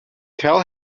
tell